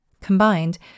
Combined